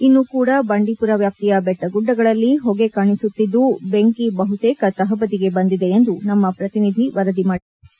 ಇನ್ನೂ ಕೂಡ ಬಂಡೀಮರ ವ್ಯಾಪ್ತಿಯ ಬೆಟ್ಟಗುಡ್ಡಗಳಲ್ಲಿ ಹೊಗೆ ಕಾಣಿಸುತ್ತಿದ್ದು ಬೆಂಕಿ ಬಹುತೇಕ ತಹಬದಿಗೆ ಬಂದಿದೆ ಎಂದು ನಮ್ಮ ಪ್ರತಿನಿಧಿ ವರದಿ ಮಾಡಿದ್ದಾರೆ